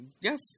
yes